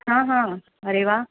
हां हां अरे वा